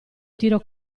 tiro